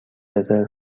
رزرو